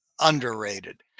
underrated